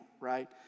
right